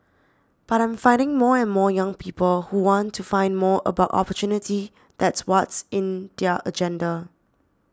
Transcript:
but I'm finding more and more young people who want to find more about opportunity that's what's in their agenda